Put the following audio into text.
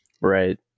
right